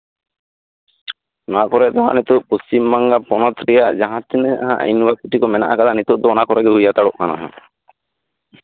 ᱱᱚᱣᱟ ᱠᱚᱨᱮᱜ ᱦᱟᱜ ᱱᱤᱛᱚᱜ ᱯᱚᱥᱪᱷᱤᱢ ᱵᱟᱝᱞᱟ ᱯᱚᱱᱚᱛ ᱨᱮᱭᱟᱜ ᱡᱟᱦᱟ ᱛᱤᱱᱟᱹᱜ ᱤᱭᱩᱱᱤᱵᱷᱟᱨᱥᱤᱴᱤ ᱠᱚ ᱢᱮᱱᱟᱜ ᱠᱟᱫᱟ ᱱᱤᱛᱚᱜ ᱦᱟᱜ ᱚᱱᱟ ᱠᱚᱨᱮᱜᱮ ᱦᱩᱭ ᱦᱟᱛᱟᱲᱚᱜ ᱦᱟᱜ